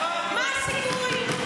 מה הסיכוי?